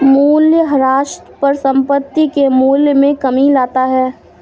मूलयह्रास परिसंपत्ति के मूल्य में कमी लाता है